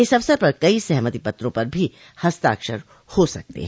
इस अवसर पर कई सहमति पत्रों पर भी हस्ताक्षर हो सकते हैं